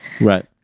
Right